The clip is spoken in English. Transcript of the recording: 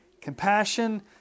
compassion